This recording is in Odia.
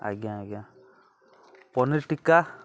ଆଜ୍ଞା ଆଜ୍ଞା ପନିର୍ ଟିକ୍କା